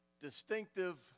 distinctive